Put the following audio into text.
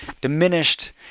diminished